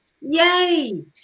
Yay